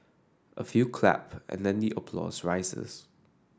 a few clap and then the applause rises